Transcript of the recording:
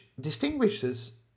distinguishes